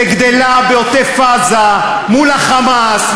שגדלה בעוטף-עזה מול ה"חמאס",